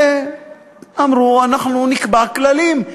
ואמרו: אנחנו נקבע כללים.